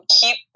keep